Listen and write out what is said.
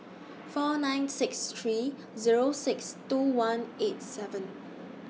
four nine six three Zero six two one eight seven